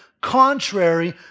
contrary